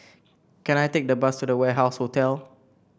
can I take the bus to The Warehouse Hotel